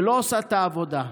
ולא עושה את העבודה.